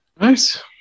Nice